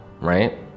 right